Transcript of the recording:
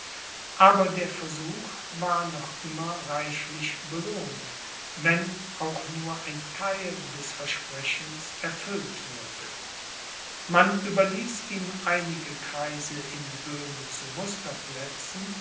aber der versuch war noch immer reichlich belohnt wenn auch nur ein theil des versprechens erfüllt würde man überließ ihm einige kreise in böhmen zu